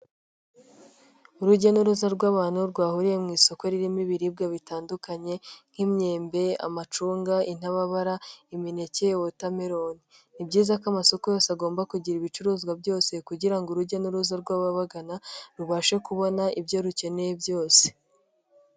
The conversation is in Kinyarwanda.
Urujya n'uruza rw'abantu rwahuriye mu isoko ririmo ibiribwa bitandukanye nk'imyembe, amacunga, intababara, imineke, watermelon. Ni byiza ko amasoko yose agomba kugira ibicuruzwa byose kugirango urujya n'uruza rw'ababagana rubashe kubona ibyo rukeneye byose.